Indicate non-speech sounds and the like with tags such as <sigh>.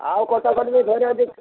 ଆଉ <unintelligible>